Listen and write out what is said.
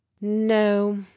no